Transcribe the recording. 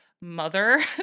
mother